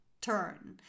turn